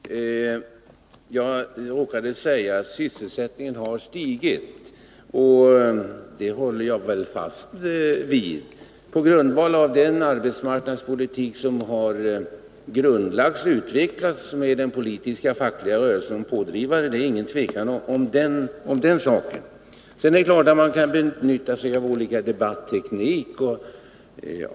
Herr talman! Jag råkade säga att sysselsättningen har stigit, och jag håller fast vid att så skett, på grundval av den arbetsmarknadspolitik som har fastlagts och utvecklats med den fackligt-politiska rörelsen som pådrivare. Man kan naturligtvis utnyttja olika debatteknik.